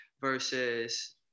versus